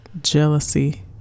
Jealousy